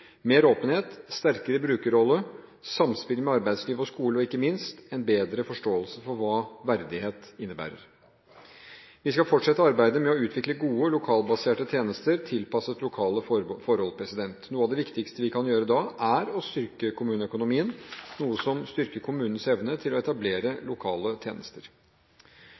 mer åpenhet, sterkere brukerrolle, samspill med arbeidsliv og skole og ikke minst en bedre forståelse for hva verdighet innebærer. Vi skal fortsette arbeidet med å utvikle gode, lokalbaserte tjenester – tilpasset lokale forhold. Noe av det viktigste vi kan gjøre da, er å styrke kommuneøkonomien, noe som styrker kommunenes evne til å etablere lokale tjenester.